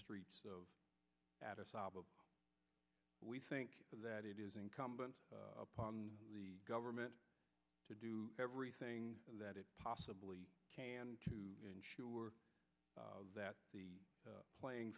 stop of we think that it is incumbent upon the government to do everything that it possibly to ensure that the playing